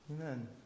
Amen